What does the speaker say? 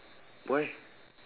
why